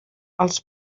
els